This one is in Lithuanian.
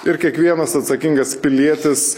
ir kiekvienas atsakingas pilietis